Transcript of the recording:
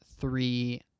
three